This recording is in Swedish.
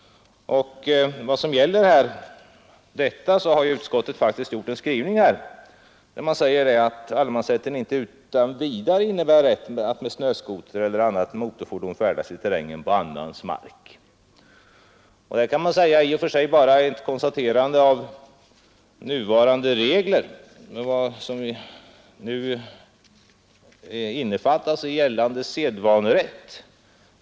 Utskottet har faktiskt presterat en skrivning, vari framhålls att ”allemansrätten inte utan vidare innebär rätt att med snöskoter eller annat motorfordon färdas i terrängen på annans mark”. Det är i och för sig bara ett konstaterande av nuvarande regler med vad som nu innefattas i gällande sedvanerätt.